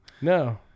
no